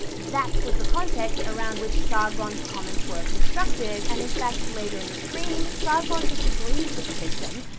that was the context around which sargon's comments were constructed, and in fact, later in the stream, sargon disagrees with the victim,